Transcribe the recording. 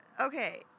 Okay